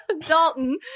dalton